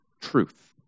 truth